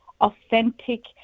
authentic